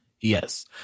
Yes